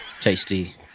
tasty